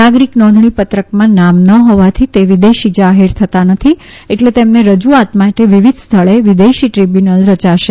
નાગરિક નોંધણીપત્રકમાં નામ ન હોવાથી તે વિદેશી જાહેર થતા નથી એટલે તેમને રજૂઆત માટે વિવિધ સ્થલે વિદેશી દ્રીબ્યુનલ રચાશે